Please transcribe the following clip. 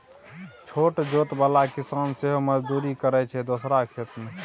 छोट जोत बला किसान सेहो मजदुरी करय छै दोसरा खेत मे